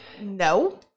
No